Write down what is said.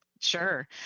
Sure